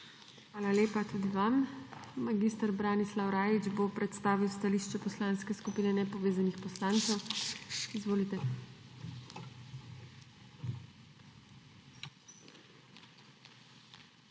Hvala lepa. Mag. Branislav Rajić bo predstavil stališče Poslanske skupine nepovezanih poslancev. Izvolite.